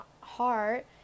heart